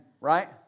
right